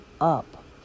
up